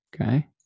Okay